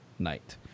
night